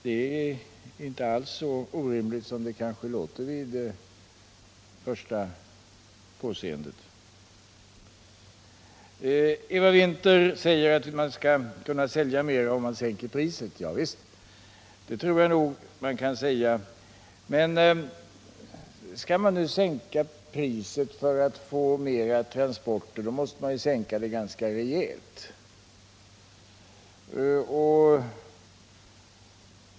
Det är inte alls så orimligt som det kanske verkar vid första påseendet. Eva Winther säger att man kan sälja mera om man sänker priset. Javisst, det tror jag nog man kan säga. Men skall man nu sänka priset för att få mera transporter, då måste man ju sänka det ganska rejält.